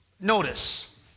Notice